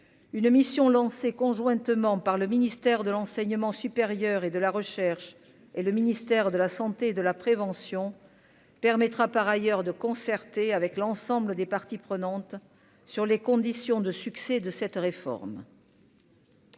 Une mission lancée conjointement par le ministère de l'enseignement supérieur et de la recherche et le ministère de la Santé, de la prévention permettra par ailleurs de concerter avec l'ensemble des parties prenantes sur les conditions de succès de cette réforme.